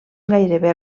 gairebé